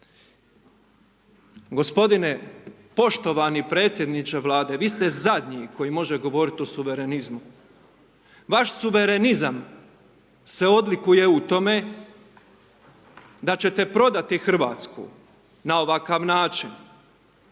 Gospodine poštovani predsjedniče Vlade, vi ste zadnji koji može govoriti o suvremenizmu. Vaš suvremenizam se odlikuje u tome, da ćete prodati Hrvatsku na ovakav način.